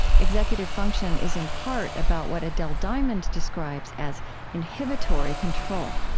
executive function is in part about what adele diamond describes as inhibitory control.